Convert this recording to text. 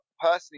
personally